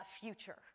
future